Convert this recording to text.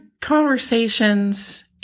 conversations